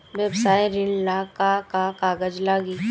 व्यवसाय ऋण ला का का कागज लागी?